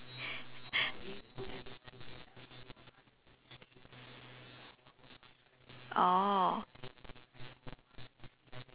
oh